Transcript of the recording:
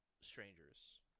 strangers